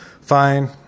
fine